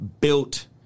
built